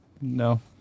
No